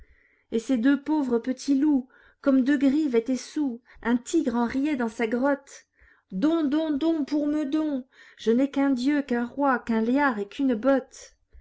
et ces deux pauvres petits loups comme deux grives étaient soûls un tigre en riait dans sa grotte don don don pour meudon je n'ai qu'un dieu qu'un roi qu'un liard et qu'une botte